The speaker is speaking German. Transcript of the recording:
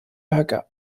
höcker